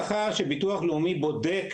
הכסף הועבר לעובד.